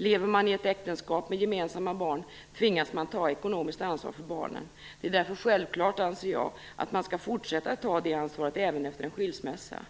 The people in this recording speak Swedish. Lever man i ett äktenskap med gemensamma barn tvingas man ta ekonomiskt ansvar för barnen. Det är därför självklart, anser jag, att man ska fortsätta att ta det ansvaret även efter en skilsmässa.